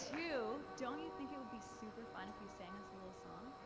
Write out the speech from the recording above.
two, don't you think it would be super fun if you sang us a little song?